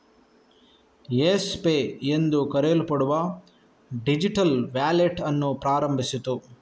Yes Pay ಎಂದು ಕರೆಯಲ್ಪಡುವ digital wallet ಅನ್ನು ಪ್ರಾರಂಭಿಸಿತು